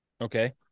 Okay